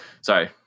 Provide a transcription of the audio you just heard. sorry